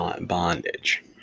bondage